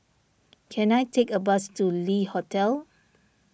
can I take a bus to Le Hotel